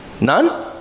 None